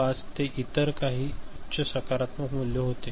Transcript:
5 ते इतर काही उच्च सकारात्मक मूल्य होते